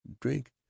drink